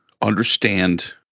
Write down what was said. understand